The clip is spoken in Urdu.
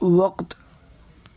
وقت